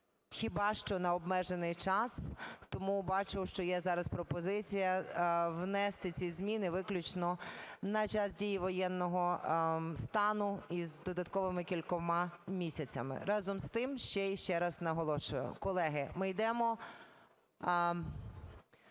хіба що на обмежений час. Тому, бачу, що є зараз пропозиція внести ці зміни виключно на час дії воєнного стану з додатковими кількома місяцями. Разом з тим ще й ще раз наголошую, колеги, ми йдемо,